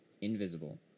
invisible